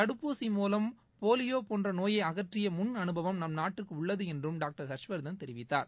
தடுப்பூசி மூலம் போலியோ போன்ற நோயை அகற்றிய முன் அனுபவம் நம் நாட்டிற்கு உள்ளது என்றும் டாக்டர் ஹர்ஷ்வர்தன் தெரிவித்தார்